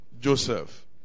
Joseph